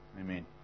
Amen